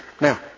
Now